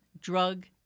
drug